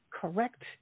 correct